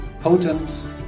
potent